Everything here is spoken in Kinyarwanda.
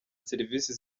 serivisi